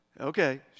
Okay